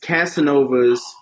Casanova's